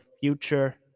future